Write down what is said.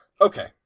Okay